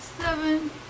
Seven